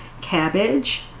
cabbage